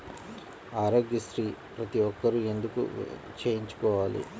ఆరోగ్యశ్రీ ప్రతి ఒక్కరూ ఎందుకు చేయించుకోవాలి?